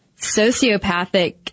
sociopathic